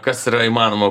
kas yra įmanoma